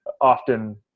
often